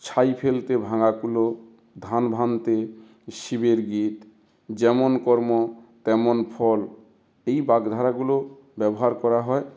ছাই ফেলতে ভাঙা কুলো ধান ভাঙতে শিবের গীত যেমন কর্ম তেমন ফল এই বাগধারাগুলো ব্যবহার করা হয়